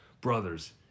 Brothers